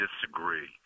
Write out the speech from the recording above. disagree